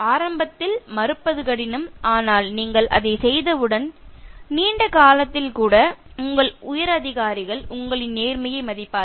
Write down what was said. ஆரம்பத்தில் மறுப்பது கடினம் ஆனால் நீங்கள் அதைச் செய்தவுடன் நீண்ட காலத்தில் கூட உங்கள் உயரதிகாரிகள் உங்களின் நேர்மையை மதிப்பார்கள்